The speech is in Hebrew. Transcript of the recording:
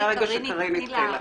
קארין התחילה